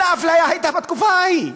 כל האפליה הייתה בתקופה ההיא.